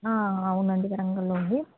ఆ అవును అండి వరంగల్లో ఉంది